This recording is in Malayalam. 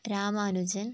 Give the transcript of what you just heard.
രാമാനുജൻ